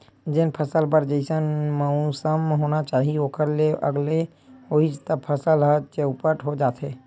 जेन फसल बर जइसन मउसम होना चाही ओखर ले अलगे होइस त फसल ह चउपट हो जाथे